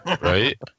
Right